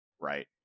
right